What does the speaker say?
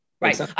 right